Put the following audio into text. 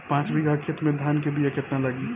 पाँच बिगहा खेत में धान के बिया केतना लागी?